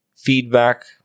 feedback